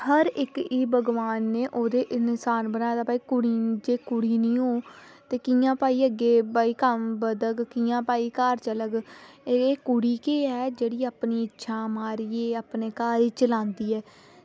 हर इक्क गी भगवान नै ओह्दे इन्सान बनाए दा जे ओह् कुड़ी निं होग ते कियां भई अग्गें कम्म बधग ते कियां भई घर चलग एह् कुड़ी गै जेह्ड़ी अपनी इच्छा मारियै अपने घर गी चलांदी ऐ